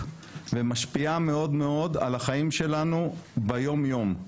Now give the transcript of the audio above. ומשפיעה מאוד מאוד על החיים שלנו ביום יום.